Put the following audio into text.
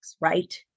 right